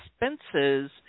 expenses